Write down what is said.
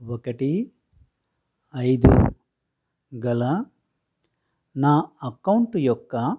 ఒకటి ఐదు గల నా అకౌంటు యొక్క